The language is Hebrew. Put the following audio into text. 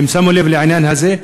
שמו לב לעניין הזה.